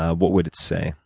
what would it say?